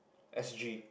S_G